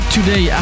Today